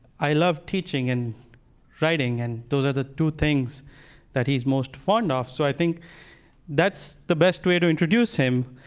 i love teaching and writing. and those are the two things that he's most fond of. so i think that's the best way to introduce him.